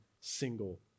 single